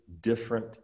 different